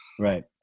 Right